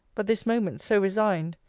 but this moment so resigned,